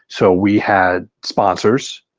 so we had sponsors,